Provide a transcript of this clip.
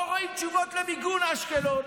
לא רואים תשובות למיגון אשקלון,